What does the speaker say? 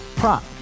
prop